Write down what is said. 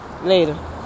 Later